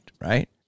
right